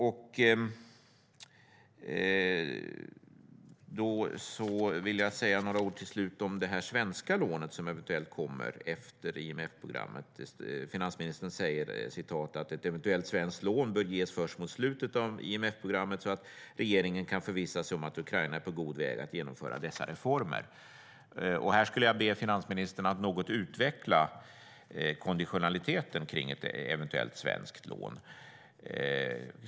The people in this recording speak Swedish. Jag vill till slut säga några ord om det svenska lån som eventuellt kommer efter IMF-programmet. Finansministern säger att ett eventuellt svenskt lån bör ges först mot slutet av IMF-programmet så att regeringen kan förvissa sig om att Ukraina är på god väg att genomföra dessa reformer. Här skulle jag vilja be finansministern att något utveckla konditionaliteten för ett eventuellt svenskt lån.